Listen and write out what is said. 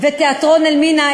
ותיאטרון "אלמינא",